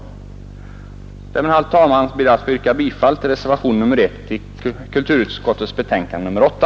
Med det anförda ber jag, herr talman, att få yrka bifall till reservationen A 1 vid kulturutskottets betänkande nr 8.